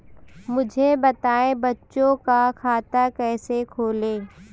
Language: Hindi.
मुझे बताएँ बच्चों का खाता कैसे खोलें?